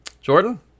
Jordan